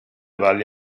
valli